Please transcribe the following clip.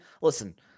listen